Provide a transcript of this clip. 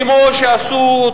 כמו שעשו,